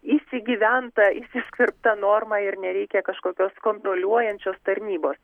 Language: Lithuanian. įsigyventa įsiskverbta norma ir nereikia kažkokios kontroliuojančios tarnybos